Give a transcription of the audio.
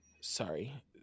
sorry